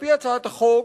על-פי הצעת החוק,